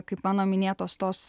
kaip mano minėtos tos